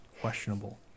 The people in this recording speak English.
Questionable